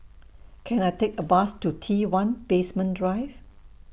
Can I Take A Bus to T one Basement Drive